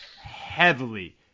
heavily